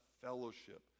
fellowship